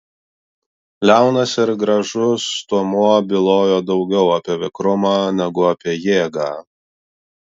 liaunas ir gražus stuomuo bylojo daugiau apie vikrumą negu apie jėgą